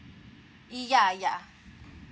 ya ya